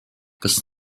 kas